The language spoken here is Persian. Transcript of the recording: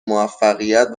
موفقیت